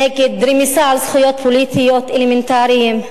נגד רמיסה של זכויות פוליטיות אלמנטריות,